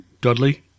Dudley